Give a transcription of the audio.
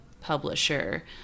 publisher